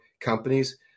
companies